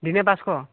দিনে পাঁচশ